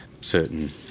certain